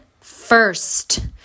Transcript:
first